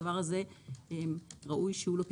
הדבר הזה ראוי שיהיו לו פתרונות.